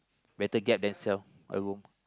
better get them self a room